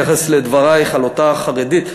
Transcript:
בהתייחס לדברייך על אותה חרדית,